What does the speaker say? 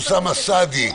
אוסמה סעדי,